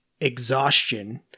exhaustion